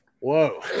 whoa